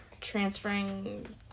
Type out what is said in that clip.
transferring